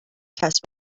کسب